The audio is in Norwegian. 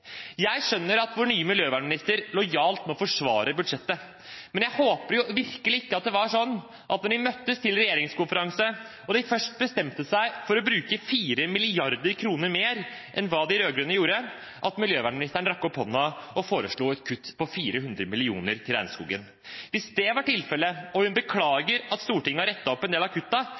Jeg skjønner at vår nye miljøvernminister lojalt må forsvare budsjettet, men jeg håper virkelig ikke at det var sånn at når de møttes til regjeringskonferanse, og de først bestemte seg for å bruke 4 mrd. kr mer enn det de rød-grønne la opp til, rakk miljøvernministeren opp hånden og foreslo kutt til regnskogen på 400 mill. kr. Hvis det var tilfellet, og hun beklager at Stortinget har rettet opp en del av